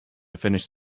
finish